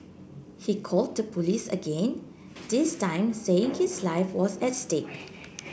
he called the police again this time saying his life was at stake